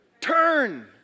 Turn